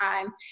time